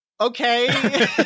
Okay